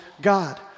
God